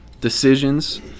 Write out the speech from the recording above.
decisions